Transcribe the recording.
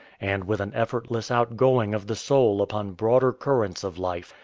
and with an effortless outgoing of the soul upon broader currents of life,